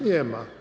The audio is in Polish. Nie ma.